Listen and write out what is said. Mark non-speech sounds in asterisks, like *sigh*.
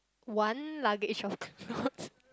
one luggage of *laughs* clothes